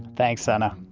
thanks sana.